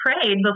prayed